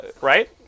Right